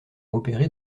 opéré